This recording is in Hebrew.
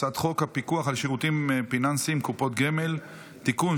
הצעת חוק הפיקוח על שירותים פיננסיים (קופות גמל) (תיקון,